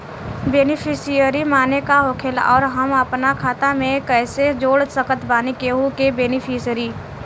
Beneficiary माने का होखेला और हम आपन खाता मे कैसे जोड़ सकत बानी केहु के बेनीफिसियरी?